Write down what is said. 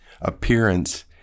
appearance